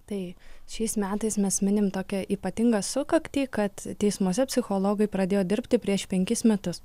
tai šiais metais mes minim tokią ypatingą sukaktį kad teismuose psichologai pradėjo dirbti prieš penkis metus